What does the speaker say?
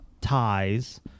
ties